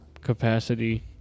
capacity